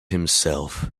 himself